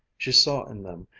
she saw in them,